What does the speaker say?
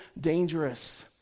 dangerous